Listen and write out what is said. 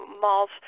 malls